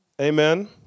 Amen